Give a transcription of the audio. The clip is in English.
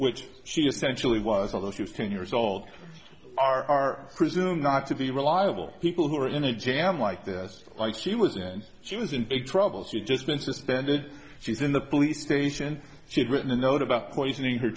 which she essentially was although she was ten years old are presumed not to be reliable people who are in a jam like this like she was then she was in big trouble she's just been suspended she's in the police station she had written a note about poisoning her